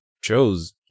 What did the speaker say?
chose